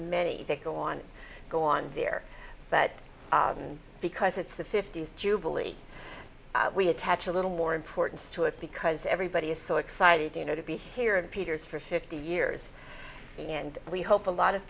many that go on go on there but because it's the fiftieth jubilee we attach a little more importance to it because everybody is so excited you know to be here and peters for fifty years and we hope a lot of